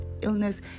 illness